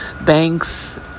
banks